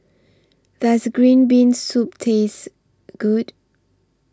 Does Green Bean Soup Taste Good